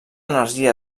energia